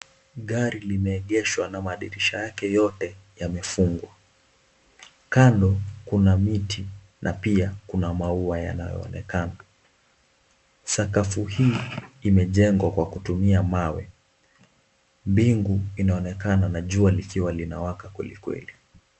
Gari limegeshwa, na madirisha yake yote yamefungwa. Kando kuna miti, na pia kuna maua yanayoonekana. Sakafu hii imejengwa kwa kutumia mawe. Mbingu inaonekana, na jua likiwa linawaka kweli kweli.